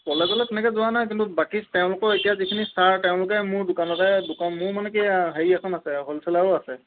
কলেজলে তেনেকে যোৱা নাই কিন্তু বাকী তেওঁলোকৰ এতিয়া যিখিনি চাৰ তেওঁলোকে মোৰ দোকানলে দোকান মোৰ মানে কি হেৰি এখন আছে হ'লচেলাৰো আছে